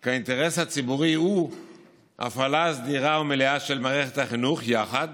כי האינטרס הציבורי הוא הפעלה סדירה ומלאה של מערכת החינוך יחד